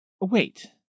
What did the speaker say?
wait